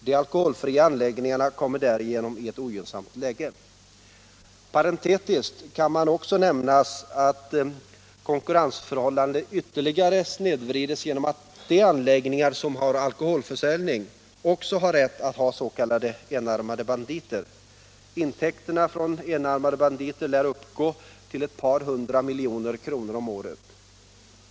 De alkoholfria anläggningarna kommer därigenom i ett ogynnsamt konkurrensläge. Parentetiskt kan också nämnas att konkurrensförhållandet ytterligare snedvrids genom att de anläggningar som har alkoholförsäljning också har rätt att ha s.k. enarmade banditer. Intäkterna från dessa lär uppgå till ett par hundra miljoner kronor om året.